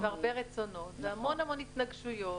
הרבה רצונות והמון המון התנגשויות.